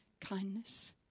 kindness